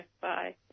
Bye